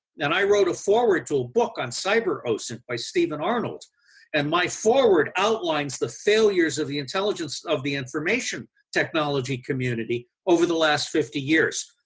and i wrote a forward to a book on cyber hosting by stephen arnold and my forward outlines the failures of the intelligence, of the information technology community over the last fifty years.